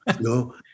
No